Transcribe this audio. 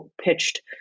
pitched